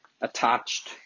attached